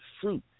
fruit